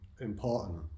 important